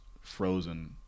frozen